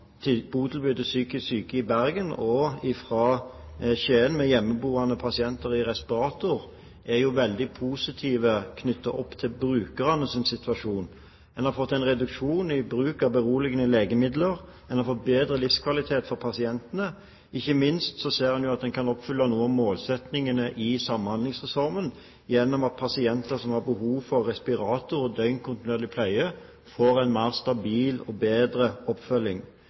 psykisk syke i Bergen og fra Skien med hjemmeboende pasienter i respirator, er veldig positive knyttet til brukernes situasjon. En har fått en reduksjon i bruken av beroligende legemidler, en har fått bedre livskvalitet for pasientene. Ikke minst ser en at en kan oppfylle noen av målsetningene i Samhandlingsreformen, gjennom at pasienter som har behov for respirator og døgnkontinuerlig pleie, får en mer stabil og bedre oppfølging.